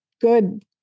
good